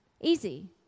Easy